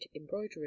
embroidery